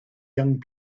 young